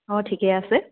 অ' ঠিকে আছে